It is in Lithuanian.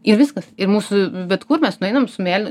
ir viskas ir mūsų bet kur mes nueinam su mėlyn